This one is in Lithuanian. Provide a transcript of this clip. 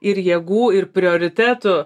ir jėgų ir prioritetų